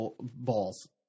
balls